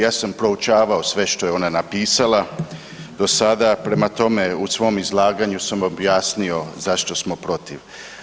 Ja sam proučavao sve što je ona napisala do sada, prema tome u svom izlaganju sam objasnio zašto smo protiv.